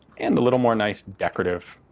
and a little more nice decorative,